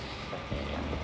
and